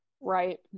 Right